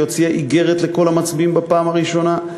והיא הוציאה איגרת לכל המצביעים בפעם הראשונה,